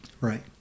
Right